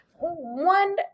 one